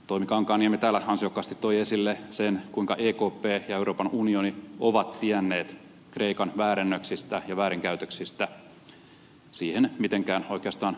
toimi kankaanniemi täällä ansiokkaasti toi esille sen kuinka ekp ja euroopan unioni ovat tienneet kreikan väärennöksistä ja väärinkäytöksistä siihen mitenkään oikeastaan puuttumatta